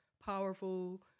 powerful